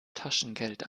taschengeld